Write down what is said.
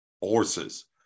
horses